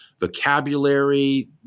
vocabulary